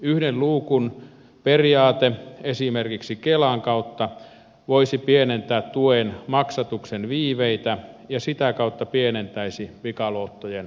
yhden luukun periaate esimerkiksi kelan kautta voisi pienentää tuen maksatuksen viiveitä ja sitä kautta pienentäisi pikaluottojen tarvetta